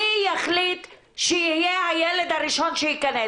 מי יחליט שיהיה הילד הראשון שייכנס?